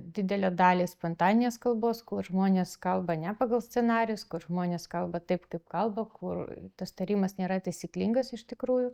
didelę dalį spontaninės kalbos kur žmonės kalba ne pagal scenarijus kur žmonės kalba taip kaip kalba kur tas tarimas nėra taisyklingas iš tikrųjų